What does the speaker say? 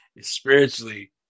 spiritually